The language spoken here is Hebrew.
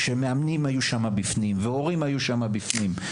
המאמנים היו בפנים וההורים היו בפנים.